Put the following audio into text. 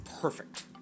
perfect